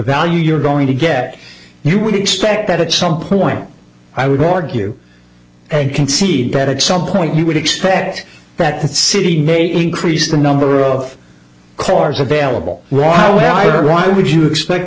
value you're going to get you would expect that at some point i would argue and concede that at some point you would expect that the city may increase the number of cars available rahway i arrived would you expect